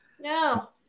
No